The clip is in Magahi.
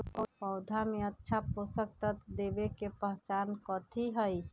पौधा में अच्छा पोषक तत्व देवे के पहचान कथी हई?